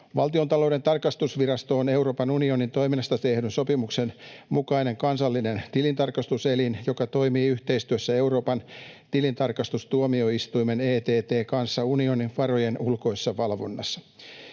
Valtiontalouden tarkastusvirasto on Euroopan unionin toiminnasta tehdyn sopimuksen mukainen kansallinen tilintarkastuselin, joka toimii yhteistyössä Euroopan tilintarkastustuomioistuimen, ETT:n, kanssa unionin varojen ulkoisessa valvonnassa.